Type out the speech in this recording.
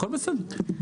הכול בסדר.